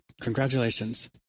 Congratulations